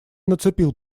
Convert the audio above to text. нацепил